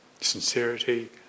sincerity